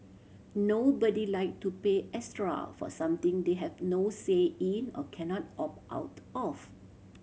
nobody like to pay extra for something they have no say in or cannot opt out of